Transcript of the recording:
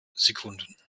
sekunden